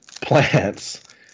plants